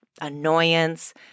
annoyance